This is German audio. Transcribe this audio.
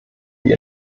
die